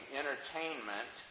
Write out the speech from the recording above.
entertainment